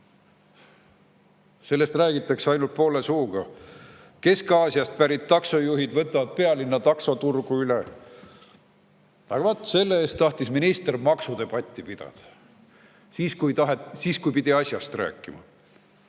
Sellest räägitakse ainult poole suuga. Kesk-Aasiast pärit taksojuhid võtavad pealinna taksoturgu üle. Aga vaat selle asemel tahtis minister maksudebatti pidada, siis kui pidi asjast rääkima.